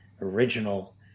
original